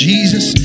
Jesus